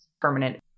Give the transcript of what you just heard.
permanent